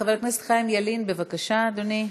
חבר הכנסת חיים ילין, בבקשה, אדוני,